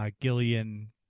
Gillian